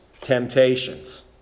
temptations